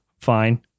fine